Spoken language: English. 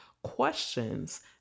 questions